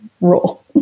rule